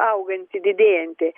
auganti didėjanti